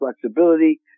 flexibility